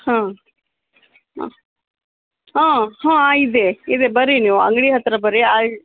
ಹಾಂ ಹಾಂ ಹಾಂ ಹಾಂ ಇದೆ ಇದೆ ಬರ್ರಿ ನೀವು ಅಂಗಡಿ ಹತ್ತಿರ ಬರ್ರಿ ಆಯಿ